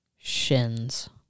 Shins